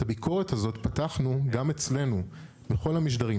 את הביקורת הזאת פתחנו גם אצלנו בכל המשדרים.